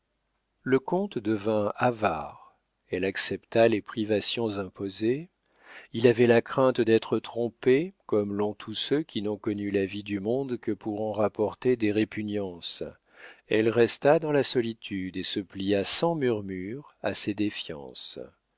le comte devint avare elle accepta les privations imposées il avait la crainte d'être trompé comme l'ont tous ceux qui n'ont connu la vie du monde que pour en rapporter des répugnances elle resta dans la solitude et se plia sans murmure à ses défiances